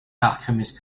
alchemist